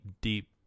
deep